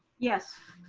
yes.